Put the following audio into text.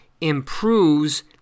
improves